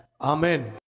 Amen